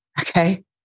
Okay